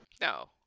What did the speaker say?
No